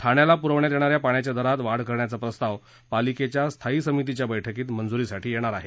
ठाण्याला पुरविण्यात येणाऱ्या पाण्याच्या दरात वाढ करण्याचा प्रस्ताव पालिकेच्या स्थायी समितीच्या बैठकीत मंजुरीसाठी येणार आहे